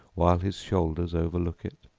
while his shoulders overlook it?